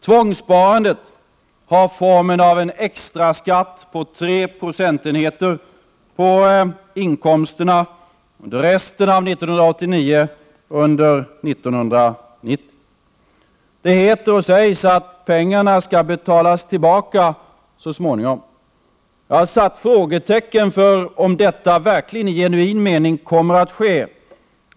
Tvångssparandet har formen av en extra skatt på tre procentenheter på inkomsterna under resten av 1989 och under 1990. Det heter och sägs att pengarna skall betalas tillbaka så småningom. Jag har satt frågetecken om detta verkligen i genuin mening kommer att ske.